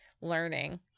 learning